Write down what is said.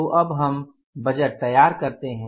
तो अब हम बजट तैयार करते हैं